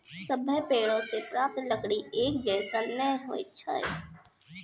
सभ्भे पेड़ों सें प्राप्त लकड़ी एक जैसन नै होय छै